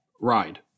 ride